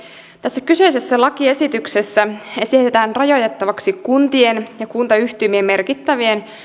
tässä kyseisessä lakiesityksessä esitetään rajoitettavaksi kuntien ja kuntayhtymien merkittävien